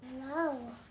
No